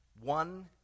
One